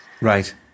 Right